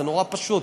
זה נורא פשוט.